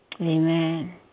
Amen